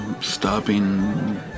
stopping